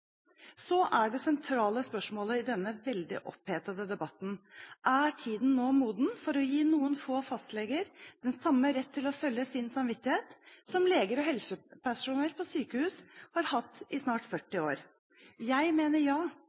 Det sentrale spørsmålet i denne veldig opphetede debatten er: Er tiden nå moden for å gi noen få fastleger den samme rett til å følge sin samvittighet som leger og helsepersonell på sykehus har hatt i snart 40 år? Jeg mener ja